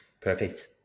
Perfect